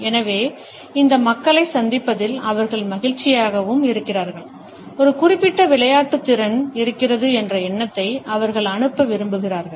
எனவே இந்த மக்களைச் சந்திப்பதில் அவர்கள் மகிழ்ச்சியாகவும் இருக்கிறார்கள் ஒரு குறிப்பிட்ட விளையாட்டுத்திறன் இருக்கிறது என்ற எண்ணத்தை அவர்கள் அனுப்ப விரும்புகிறார்கள்